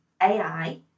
AI